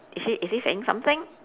is she is he saying something